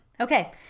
Okay